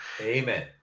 Amen